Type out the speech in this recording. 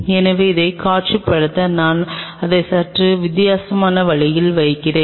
எனவே அதைக் காட்சிப்படுத்த நான் அதை சற்று வித்தியாசமான வழியில் வைக்கிறேன்